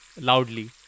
loudly